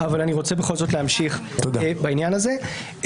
אבל אני רוצה להמשיך בכל זאת בעניין הזה.